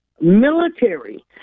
military